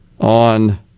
on